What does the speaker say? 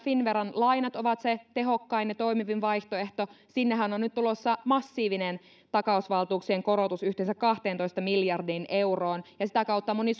finnveran lainat ovat se tehokkain ja toimivin vaihtoehto sinnehän on nyt tulossa massiivinen takausvaltuuksien korotus yhteensä kahteentoista miljardiin euroon ja sitä kautta moni